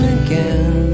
again